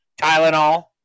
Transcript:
Tylenol